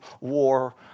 war